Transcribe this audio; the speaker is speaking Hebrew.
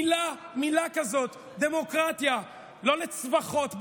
מילה כזאת, דמוקרטיה, לא לצווחות ברחובות,